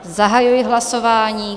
Zahajuji hlasování.